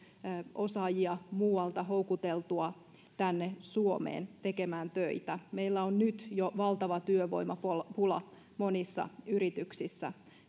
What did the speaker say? osaajia myös muualta houkuteltua tänne suomeen tekemään töitä meillä on nyt jo valtava työvoimapula monissa yrityksissä